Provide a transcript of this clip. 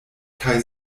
kaj